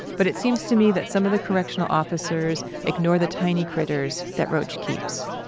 but it seems to me that some of the correctional officers ignore the tiny critters that rauch keeps,